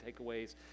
takeaways